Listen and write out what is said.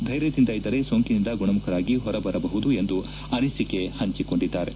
ಧೈರ್ಯದಿಂದ ಇದ್ದರೆ ಸೋಂಕಿನಿಂದ ಗುಣಮುಖರಾಗಿ ಹೊರಬರಬಹುದು ಎಂದು ಅನಿಸಿಕೆ ಹಂಚಿಕೊಂಡಿದ್ದಾರೆ